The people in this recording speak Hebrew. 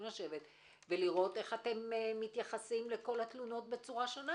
לשבת ולראוו איך אתם מתייחסים לכל התלונות בצורה שונה,